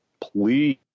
please